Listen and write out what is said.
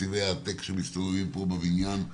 תקציבי העתק שמסתובבים פה בבניין,